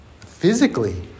physically